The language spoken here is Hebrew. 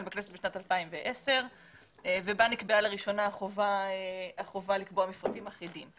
בכנסת בשנת 2010 ובה נקבעה לראשונה החובה לקבוע מפרטים אחידים.